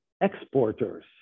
exporters